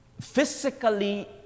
physically